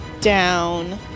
down